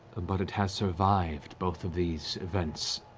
ah but it has survived both of these events